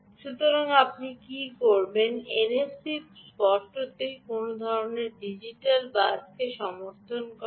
সুতরাং আপনি কী করবেন এনএফসি স্পষ্টতই কোনও ধরণের ডিজিটাল বাসকে সমর্থন করবে